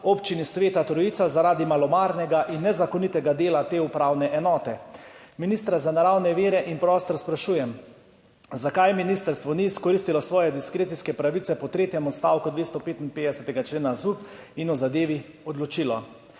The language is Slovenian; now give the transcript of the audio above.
v Slovenskih goricah zaradi malomarnega in nezakonitega dela te upravne enote? Ministra za naravne vire in prostor sprašujem: Zakaj ministrstvo ni izkoristilo svoje diskrecijske pravice po tretjem odstavku 255. člena ZUP in o zadevi odločilo?